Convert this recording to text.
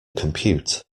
compute